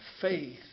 faith